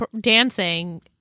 dancing